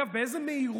אגב, באיזו מהירות